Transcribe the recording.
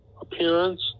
appearance